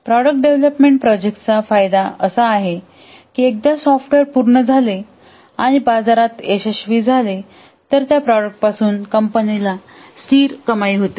product development प्रोजेक्टचा फायदा असा आहे की एकदा सॉफ्टवेअर पूर्ण झाले आणि बाजारात यशस्वी झाले तर त्या प्रॉडक्ट पासून कंपनीची स्थिर कमाई होते